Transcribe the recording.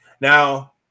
Now